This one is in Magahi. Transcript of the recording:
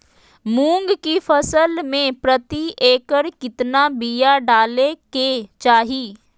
मूंग की फसल में प्रति एकड़ कितना बिया डाले के चाही?